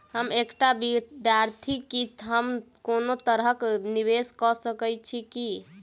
हम एकटा विधार्थी छी, हम कोनो तरह कऽ निवेश कऽ सकय छी की?